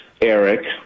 Eric